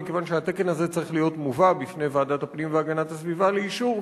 מכיוון שהתקן הזה צריך להיות מובא בפני ועדת הפנים והגנת הסביבה לאישור,